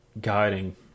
guiding